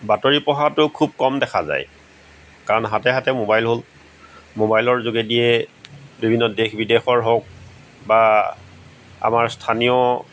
বাতৰি পঢ়াটো খুব কম দেখা যায় কাৰণ হাতে হাতে ম'বাইল হ'ল ম'বাইলৰ যোগেদিয়ে বিভিন্ন দেশ বিদেশৰে হওক বা আমাৰ স্থানীয়